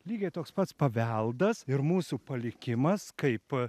lygiai toks pats paveldas ir mūsų palikimas kaip